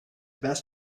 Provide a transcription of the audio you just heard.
best